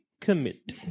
commit